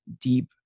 deep